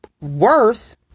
worth